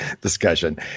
discussion